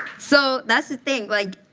so that's the thing. like,